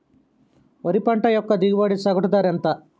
వరి పంట యొక్క దిగుబడి సగటు ధర ఎంత?